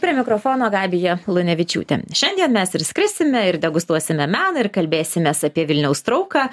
prie mikrofono gabija lunevičiūtė šiandien mes ir skrisime ir degustuosime meną ir kalbėsimės apie vilniaus trauką